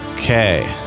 Okay